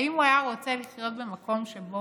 האם הוא היה רוצה לחיות במקום שבו